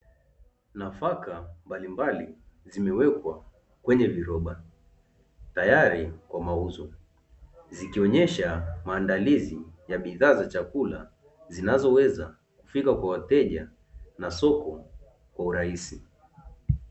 Nafaka mbalimbali zimewekwa kwenye viroba, tayari kwa mauzo, zikionyesha maandalizi ya bidhaa za chakula zinazoweza kufika kwa wateja, na soko kwa urahisi.